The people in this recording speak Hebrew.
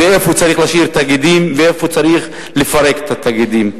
איפה צריך להשאיר את התאגידים ואיפה צריך לפרק את התאגידים.